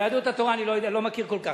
אני יהדות התורה, אני לא מכיר כל כך.